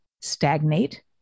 stagnate